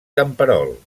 camperol